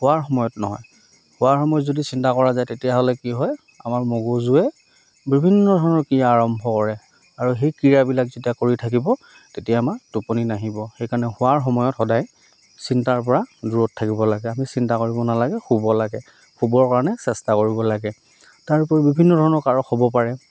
শুৱাৰ সময়ত নহয় শুৱাৰ সময়ত যদি চিন্তা কৰা যায় তেতিয়াহ'লে কি হয় আমাৰ মগুজুৱে বিভিন্ন ধৰণৰ ক্ৰীড়া আৰম্ভ কৰে আৰু সেই ক্ৰীড়াবিলাক যেতিয়া কৰি থাকিব তেতিয়া আমাৰ টোপনি নাহিব সেইকাৰণে শুৱাৰ সময়ত সদায় চিন্তাৰ পৰা দূৰত থাকিব লাগে আমি চিন্তা কৰিব নালাগে শুব লাগে শুবৰ কাৰণে চেষ্টা কৰিব লাগে তাৰোপৰি বিভিন্ন ধৰণৰ কাৰক হ'ব পাৰে